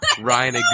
Ryan